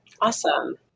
Awesome